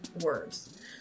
words